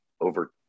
over